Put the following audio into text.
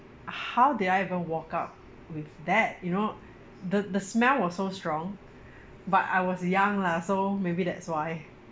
how did I ever walk out with that you know the the smell was so strong but I was young lah so maybe that's why